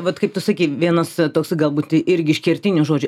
vat kaip tu sakei vienas toks galbūt irgi iš kertinių žodžių